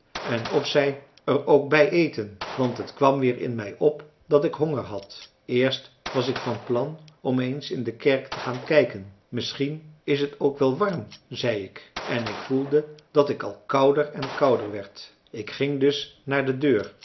en of zij er ook bij eten want het kwam weer in mij op dat ik honger had eerst was ik van plan om eens in de kerk te gaan kijken misschien is t er ook wel warm zei ik en ik voelde dat ik al kouder en kouder werd ik ging dus naar de deur